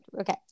okay